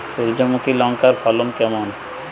সূর্যমুখী লঙ্কার ফলন কেমন?